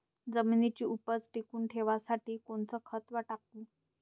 जमिनीची उपज टिकून ठेवासाठी कोनचं खत टाकू?